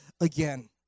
again